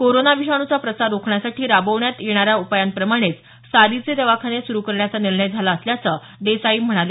corona विषाणूचा प्रसार रोखण्यासाठी राबवण्यात येणाऱ्या उपायांप्रमाणेच सारीचे दवाखाने सुरु करण्याचा निर्णय झाला असल्याचं देसाई म्हणाले